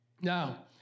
Now